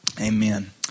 Amen